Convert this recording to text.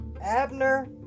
Abner